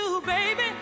baby